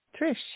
Trish